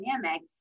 dynamic